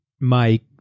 Mike